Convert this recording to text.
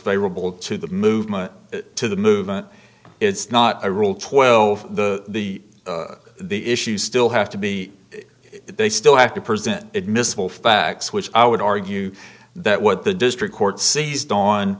favorable to the movement to the movement it's not a rule twelve the the the issues still have to be they still have to present admissible facts which i would argue that what the district court seized on